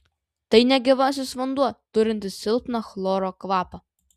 tai negyvasis vanduo turintis silpną chloro kvapą